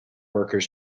workers